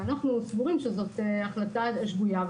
ואנחנו סבורים שזאת החלטה שגויה.